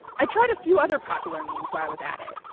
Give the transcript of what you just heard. i tried a few other popular memes while i was at it,